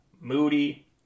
Moody